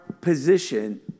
position